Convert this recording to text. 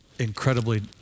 Incredibly